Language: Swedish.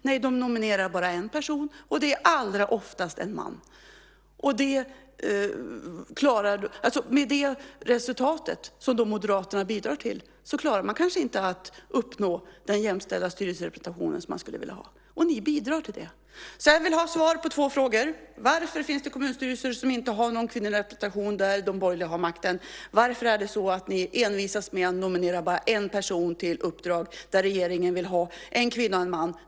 Nej, de nominerar bara en person, och det är allra oftast en man. Med det resultatet, som då Moderaterna bidrar till, klarar man kanske inte att uppnå den jämställda styrelserepresentationen som man skulle vilja ha. Och ni bidrar till det. Jag vill ha svar på två frågor. Varför finns det kommunstyrelser som inte har någon kvinnorepresentation där de borgerliga har makten? Varför envisas ni med att nominera bara en person till uppdrag där regeringen vill ha en kvinna och en man?